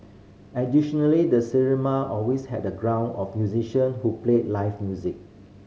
additionally the cinema always had a group of musician who played live music